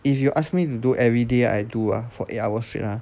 if you ask me to do everyday I do ah for eight hours straight ah